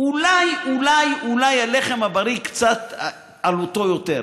אולי אולי אולי הלחם הבריא, עלותו קצת יותר.